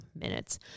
minutes